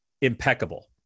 impeccable